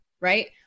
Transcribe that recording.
right